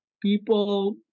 people